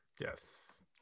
Yes